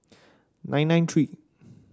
nine nine three